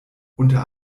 unter